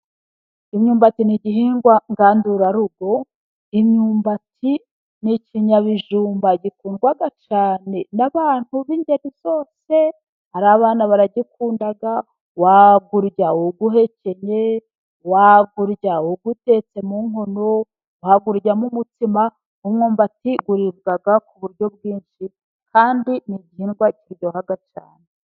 Imyumbati ni igihingwa ngandurarugo. Imyumbati ni ikinyabijumba gikundwa cyane n'abantu b'ingeri zose, ari abana barawukunda. Wa wurya uwuhekenye, wawurya uwutetse mu nkono, wawuryamo umutsima. Umwumbati uribwa ku buryo bwinshi kandi ni igihingwa kiryohaha cyane.